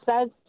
says